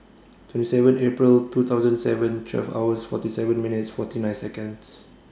twenty seven April two thousand and seven twelve hours forty seven minutes forty nine Seconds